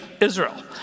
Israel